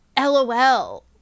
LOL